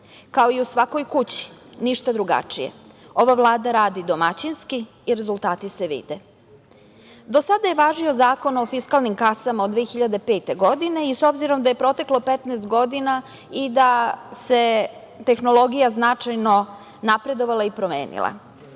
Kao i u svakoj kući, ništa drugačije, ova Vlada radi domaćinski i rezultati se vide. Do sada je važio Zakon o fiskalnim kasama od 2005. godine i s obzirom da je proteklo 15 godina i da je tehnologija značajno napredovala i da